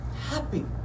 happy